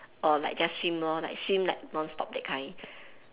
or like just swim lor like swim like non stop that kind